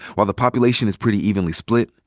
while the population is pretty evenly split,